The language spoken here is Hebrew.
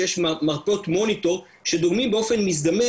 שיש מרפאות מוניטור שדוגמים באופן מזדמן